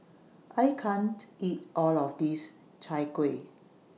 I can't eat All of This Chai Kuih